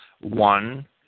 One